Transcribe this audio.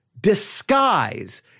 disguise